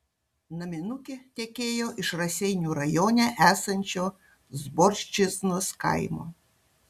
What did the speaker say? naminukė tekėjo iš raseinių rajone esančio zborčiznos kaimo